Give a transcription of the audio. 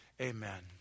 amen